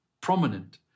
prominent